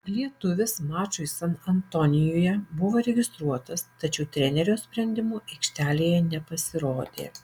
lietuvis mačui san antonijuje buvo registruotas tačiau trenerio sprendimu aikštelėje nepasirodė